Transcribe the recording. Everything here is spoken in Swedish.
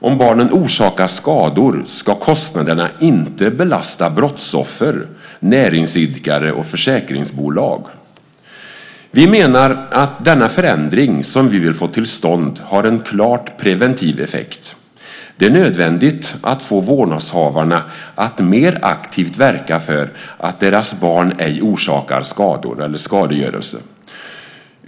Om barnen orsakar skador ska kostnaderna inte belasta brottsoffer, näringsidkare och försäkringsbolag. Vi menar att den förändring som vi vill få till stånd har en klart preventiv effekt. Det är nödvändigt att få vårdnadshavarna att mer aktivt verka för att deras barn ej orsakar skador eller skadegörelse.